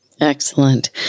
Excellent